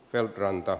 eloranta